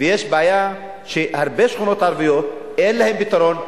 ויש בעיה שהרבה שכונות ערביות אין להן פתרון.